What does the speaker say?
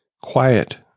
Quiet